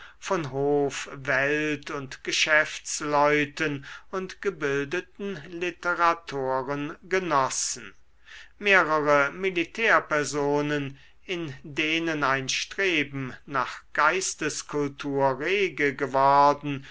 von hof welt und geschäftsleuten und gebildeten literatoren genossen mehrere militärpersonen in denen ein streben nach geisteskultur rege geworden